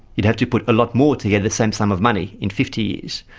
you'd have to put a lot more to get the same sum of money in fifty years.